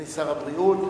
רבותי, גבירותי,